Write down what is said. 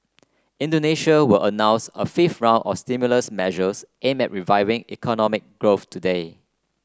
Indonesia will announce a fifth round of stimulus measures aim at reviving economic growth today